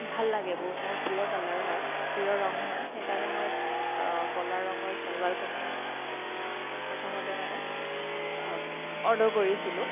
ভাল লাগে বহুত মোৰ প্ৰিয় কালাৰ হয় প্ৰিয় ৰং হয় সেইকাৰণে মই ক'লা ৰঙৰ চালৱাৰ কামিজ প্ৰথমতে মানে অৰ্ডাৰ কৰিছিলোঁ